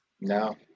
No